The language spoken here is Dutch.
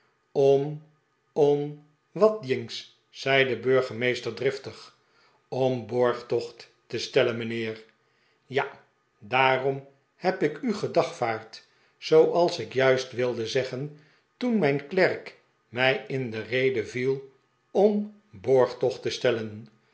om om wat jinks zei de burgemeester drif tig om borgtocht te stellen mijnheer ja daarom heb ik u gedagvaard zooals ik juist wilde zeggen toen mijn klerk mij in de rede viel om borgtocht te stellen